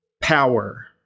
power